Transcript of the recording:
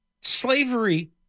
Slavery